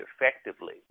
effectively